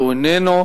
והוא איננו.